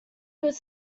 could